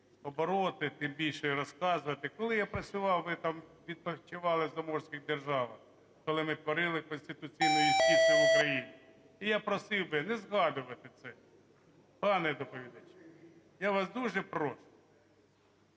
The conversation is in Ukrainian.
обороти, тим більше розказувати. Коли я працював, ви там відпочивали в заморських державах, коли ми творили конституційну юстицію в Україні. І я просив би не згадувати це, пане доповідачу. Я вас дуже прошу.